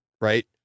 right